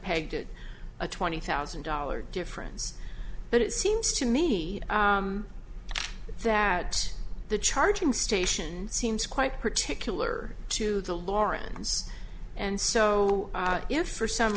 pegged it a twenty thousand dollars difference but it seems to me that the charging station seems quite particular to the laurens and so if for some